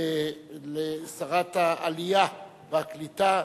שרת העלייה והקליטה,